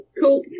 Cool